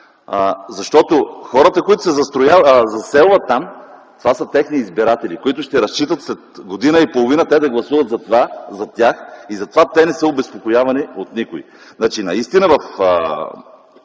защото хората, които се заселват там, това са техни избиратели, на които ще разчитат след година и половина да гласуват за тях. Затова те не са обезпокоявани от никой.